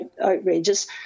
outrageous